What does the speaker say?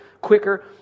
quicker